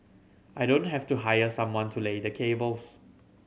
I don't have to hire someone to lay the cables